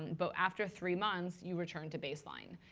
but after three months, you return to baseline.